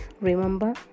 remember